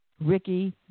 Ricky